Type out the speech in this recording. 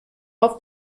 auf